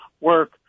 work